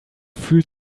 fühlt